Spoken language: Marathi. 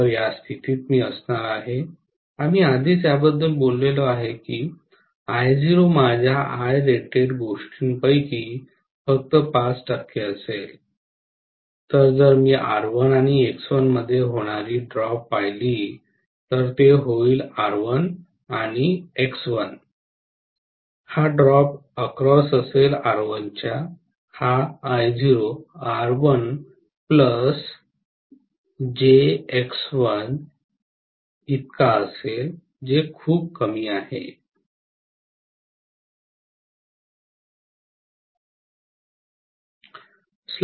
तर या स्थितीत मी असणार आहे आम्ही आधीच याबद्दल बोललो आहे की I0 माझ्या Irated गोष्टींपैकी फक्त 5 टक्के असेल तर जर मी R1 आणि X1 मध्ये होणारी ड्रॉप पाहिली तर ते R1 आणि X1होईल ड्रॉप अक्रॉस R1 हा असेल जे खूप कमी असेल